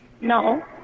No